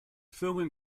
filming